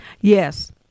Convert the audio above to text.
Yes